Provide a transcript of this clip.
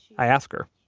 i ask her,